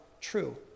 true